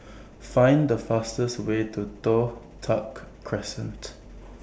Find The fastest Way to Toh Tuck Crescent